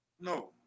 No